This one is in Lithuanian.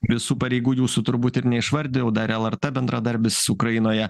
visų pareigų jūsų turbūt ir neišvardijau dar lrt bendradarbis ukrainoje